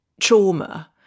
trauma